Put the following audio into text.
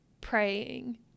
praying